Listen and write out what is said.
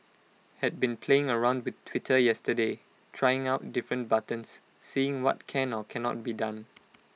had been playing around with Twitter yesterday trying out different buttons seeing what can or cannot be done